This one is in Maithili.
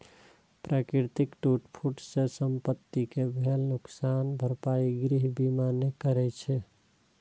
प्राकृतिक टूट फूट सं संपत्ति कें भेल नुकसानक भरपाई गृह बीमा नै करै छै